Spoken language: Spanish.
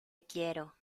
quiero